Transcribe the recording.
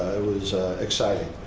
it was exciting.